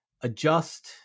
adjust